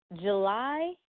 July